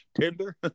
Tinder